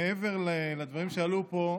מעבר לדברים שעלו פה,